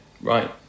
right